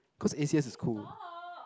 cause A_C_S is cool